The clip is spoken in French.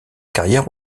carrière